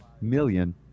million